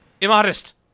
Immodest